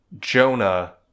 Jonah